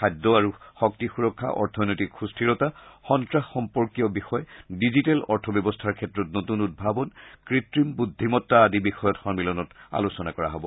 খাদ্য আৰু শক্তি সুৰক্ষা অৰ্থনৈতিক সুস্থিৰতা সন্নাস সম্পৰ্কীয় বিষয় ডিজিটেল অৰ্থ ব্যৱস্থাৰ ক্ষেত্ৰত নতুন উদ্ভাৱন কৃত্ৰিম বুদ্ধিমত্তা আদি বিষয়ত সম্মিলনত আলোচনা কৰা হব